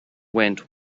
went